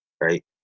right